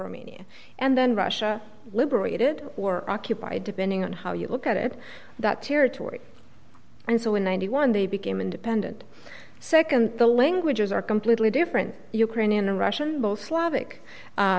romania and then russia liberated or occupied depending on how you look at it that territory and so in ninety one they became independent nd the languages are completely different ukrainian and russian both slavic